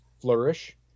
flourish